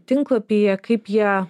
tinklapyje kaip jie